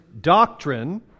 doctrine